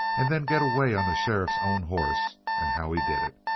and then get away on the sheriff's own horse and how he did it.